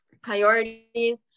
priorities